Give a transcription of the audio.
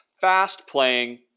fast-playing